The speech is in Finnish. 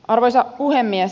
arvoisa puhemies